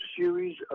series